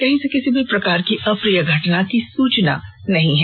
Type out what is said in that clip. कहीं से किसी भी प्रकार की अप्रिय घटना की सूचना नहीं है